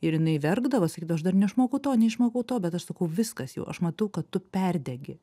ir jinai verkdavo sakydavo aš dar neišmokau to neišmokau to bet aš sakau viskas jau aš matau kad tu perdegi